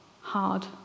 hard